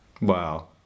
Wow